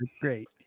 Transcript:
Great